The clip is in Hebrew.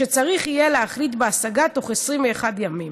שצריך יהיה להחליט בהשגה תוך 21 ימים,